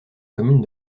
commune